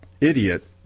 idiot